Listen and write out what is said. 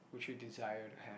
would you desire to have